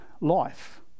life